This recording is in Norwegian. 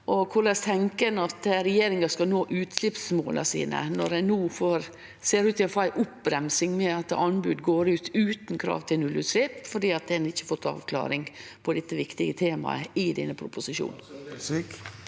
Korleis tenkjer han at regjeringa skal nå utsleppsmåla sine når ein no ser ut til å få ei oppbremsing, med at anbod går ut utan krav til nullutslepp fordi ein ikkje har fått avklaring på dette viktige temaet i denne proposisjonen?